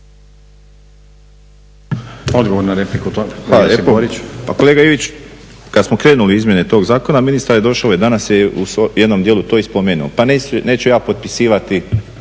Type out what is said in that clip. Odgovor na repliku Josip